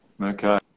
Okay